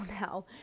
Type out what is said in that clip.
now